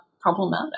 problematic